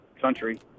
country